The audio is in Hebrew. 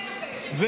גם אם זה רק,